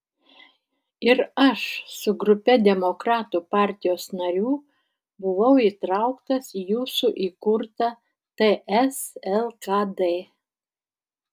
ir aš su grupe demokratų partijos narių buvau įtrauktas į jūsų įkurtą ts lkd